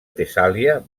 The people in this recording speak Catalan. tessàlia